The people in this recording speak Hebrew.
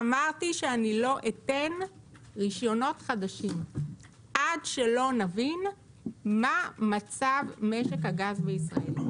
אמרתי שאני לא אתן רישיונות חדשים עד שלא נבין מה מצב משק הגז בישראל.